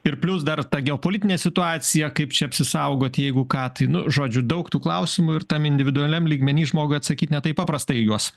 ir plius dar ta geopolitinė situacija kaip čia apsisaugot jeigu ką tai nu žodžiu daug tų klausimų ir tam individualiam lygmeny žmogui atsakyt ne taip paprasta į juos